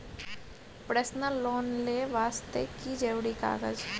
Personal loan ले वास्ते की जरुरी कागज?